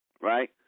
Right